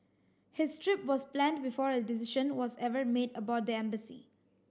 his trip was planned before a decision was ever made about the embassy